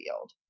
field